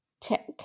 tick